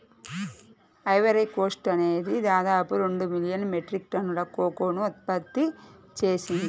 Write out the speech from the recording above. Ivory Coast అనేది దాదాపు రెండు మిలియన్ మెట్రిక్ టన్నుల కోకోను ఉత్పత్తి చేసింది